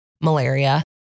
malaria